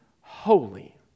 holy